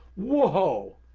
whoa!